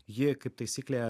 ji kaip taisyklė